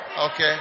Okay